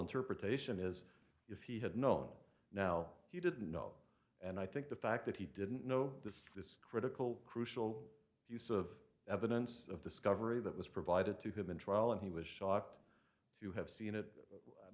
interpretation is if he had known now he didn't know and i think the fact that he didn't know that this critical crucial use of evidence of discovery that was provided to him in trial and he was shocked to have seen it at